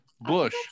bush